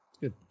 good